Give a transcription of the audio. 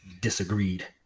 disagreed